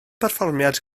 berfformiad